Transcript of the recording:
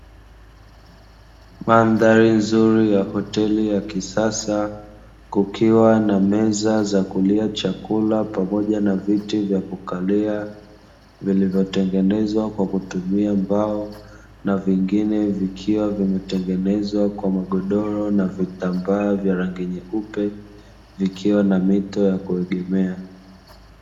Madhari nzuri ya hoteli ya kisasa kukiwa na meza za kulia chakula pamoja na viti vya kukalia. Vilivyotengenezwa kwa kutumia mbao na vingine vikiwa vimetengenezwa kwa magodoro na vitambaa vya rangi nyeupe, vikiwa na mito ya kuegemea.